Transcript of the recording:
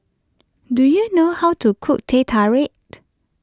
do you know how to cook Teh Tarik